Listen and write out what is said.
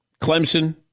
Clemson